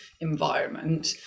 environment